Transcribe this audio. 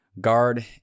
guard